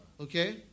Okay